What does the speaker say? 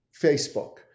Facebook